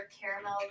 caramel